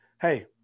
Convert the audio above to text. hey